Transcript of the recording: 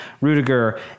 Rudiger